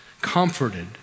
comforted